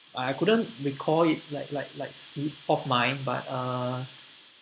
I couldn't recall it like like like slip of mind but uh